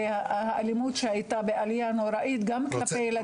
האלימות שהייתה בעלייה נוראית גם כלפי ילדים,